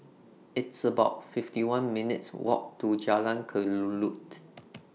It's about fifty one minutes Walk to Jalan Kelulut